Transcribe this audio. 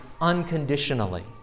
unconditionally